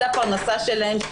זו הפרנסה שלהם,